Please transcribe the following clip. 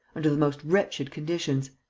under the most wretched conditions.